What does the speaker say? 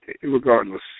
regardless